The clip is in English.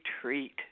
treat